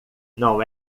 não